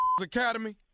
academy